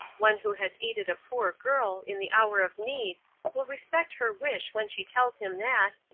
one who has aided a poor girl in the hour of need will respect her wish when she tells him that,